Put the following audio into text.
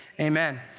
amen